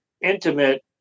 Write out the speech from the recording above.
intimate